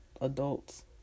adults